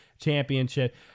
championship